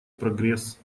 прогресс